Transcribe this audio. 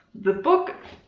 the book.